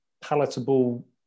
Palatable